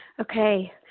Okay